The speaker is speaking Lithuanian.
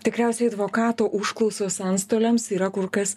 tikriausiai advokatų užklausos antstoliams yra kur kas